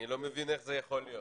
אני לא מבין איך זה יכול להיות.